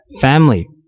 family